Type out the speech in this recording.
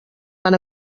van